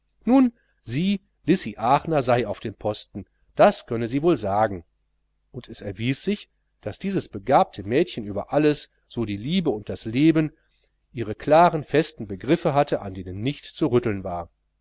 nun sie lissy aachner sei auf dem posten das könne sie wohl sagen und es erwies sich daß dieses begabte mädchen über alles so die liebe und das leben ihre klaren festen begriffe hatte an denen nicht zu rütteln war